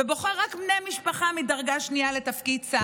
ובוחר רק בני משפחה מדרגה שנייה לתפקיד שר.